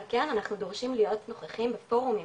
על כן אנחנו דורשים להיות נוכחים בפורומים